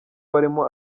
barimo